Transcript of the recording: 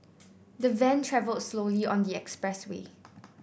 the van travelled slowly on the expressway